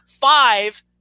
five